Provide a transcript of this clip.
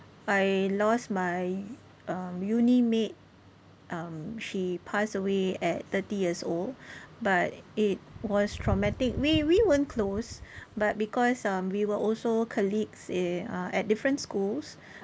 I lost my uh uni mate um she passed away at thirty years old but it was traumatic we we weren't close but because um we were also colleagues eh uh at different schools